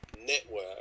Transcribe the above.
network